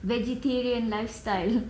vegetarian lifestyle